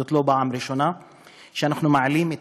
זאת לא הפעם הראשונה שאנחנו מעלים את